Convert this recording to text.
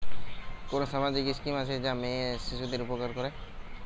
কোন সামাজিক স্কিম আছে যা মেয়ে শিশুদের উপকার করে?